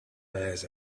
mass